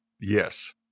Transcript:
Yes